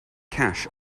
cash